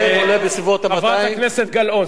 חברת הכנסת גלאון,